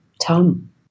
Tom